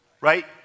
right